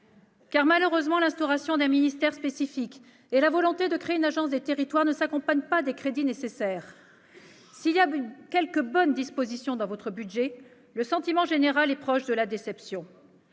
Car, malheureusement, l'instauration d'un ministère spécifique et la volonté de créer une agence des territoires ne s'accompagnent pas des crédits nécessaires. Si quelques bonnes dispositions figurent dans votre budget, le sentiment général est proche de la déception.